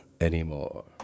anymore